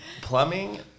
Plumbing